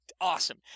Awesome